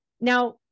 Now